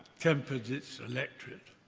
tempered its electorate.